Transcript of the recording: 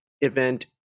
event